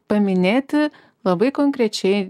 paminėti labai konkrečiai